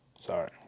Sorry